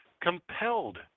compelled